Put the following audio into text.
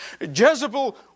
Jezebel